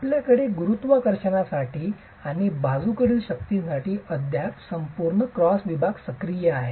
आपल्याकडे गुरुत्वाकर्षणासाठी आणि बाजूकडील शक्तींसाठी अद्याप संपूर्ण क्रॉस विभाग सक्रिय आहे